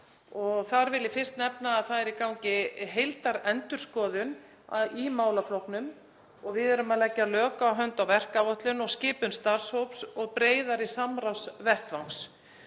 og þar vil ég fyrst nefna að í gangi er heildarendurskoðun í málaflokknum og við erum að leggja lokahönd á verkáætlun og skipun starfshóps og breiðari samráðsvettvang.